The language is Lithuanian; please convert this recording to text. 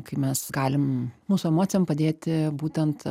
kai mes galim mūsų emocijom padėti būtent